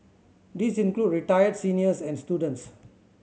these include retired seniors and students